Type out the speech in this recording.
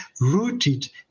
rooted